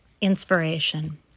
inspiration